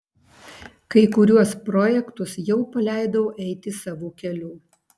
kai kuriuos projektus jau paleidau eiti savo keliu